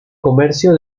comercio